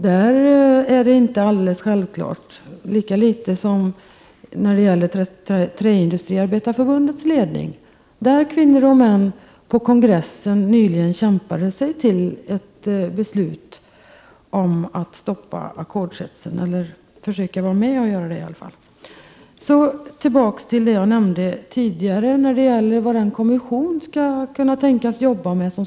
Där är det inte alldeles självklart vilken ställning man skall inta, lika litet som när det gäller Träindustriarbetareförbundets ledning. Kvinnor och män kämpade sig på kongressen nyligen fram till ett beslut om att man skall försöka vara med och stoppa ackordshetsen. Så tillbaka till det som jag nämnde tidigare, vad den kommission som skall förbättra arbetsmiljön skall kunna tänkas jobba med.